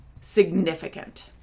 significant